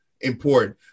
important